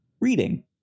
reading